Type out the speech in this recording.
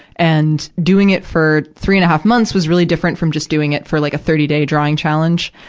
and, doing it for three and a half months was really different from just doing it for, like, a thirty day drawing challenge.